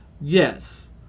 Yes